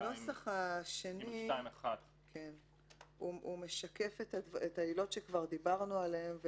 הנוסח השני משקף את העילות שכבר דיברנו עליהן.